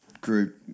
group